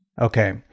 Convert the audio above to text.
Okay